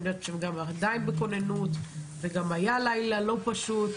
אני יודעת שאתם עדיין בכוננות וגם היה לילה לא פשוט,